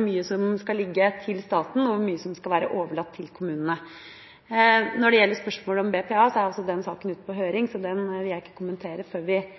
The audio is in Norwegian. mye som skal ligge til staten, og hvor mye som skal være overlatt til kommunene, tror jeg kommer til å gå – i hvert fall så lenge jeg er politisk aktiv. Når det gjelder spørsmålet om BPA, er den saken ute på høring, så den vil jeg ikke kommentere før